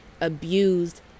abused